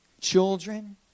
Children